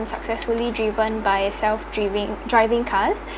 successfully driven by a self driving driving cars